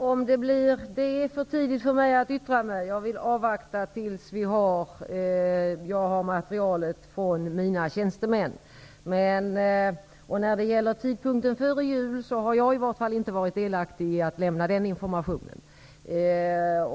Fru talman! Det är för tidigt för mig att yttra mig. Jag vill avvakta tills jag får materialet från mina tjänstemän. När det gäller tidpunkten ''före jul'' har jag i alla fall inte varit delaktig i att lämna den informationen.